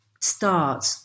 start